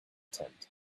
tent